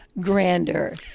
grander